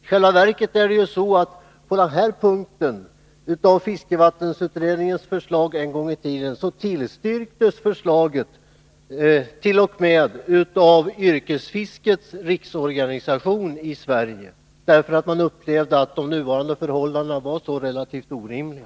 I själva verket är det ju så att denna punkt av fiskevattensutredningens förslag en gång i tiden tillstyrktes t.o.m. av yrkesfiskets riksorganisation i Sverige, därför att man upplevde att de nuvarande förhållandena var så relativt orimliga.